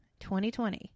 2020